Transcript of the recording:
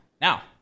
now